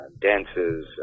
dances